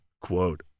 quote